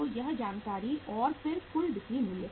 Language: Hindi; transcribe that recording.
तो यह जानकारी और फिर कुल बिक्री मूल्य